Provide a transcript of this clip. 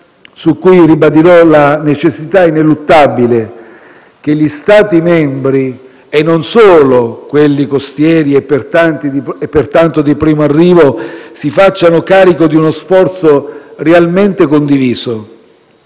su cui ribadirò la necessità ineluttabile che gli Stati membri (e non solo quelli costieri e pertanto di primo arrivo) si facciano carico di uno sforzo realmente condiviso.